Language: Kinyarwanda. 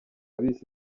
bise